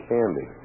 Candy